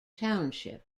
township